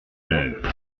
l’heure